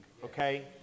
okay